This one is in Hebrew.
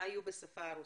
היו בשפה הרוסית.